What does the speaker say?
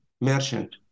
merchant